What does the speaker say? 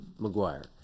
McGuire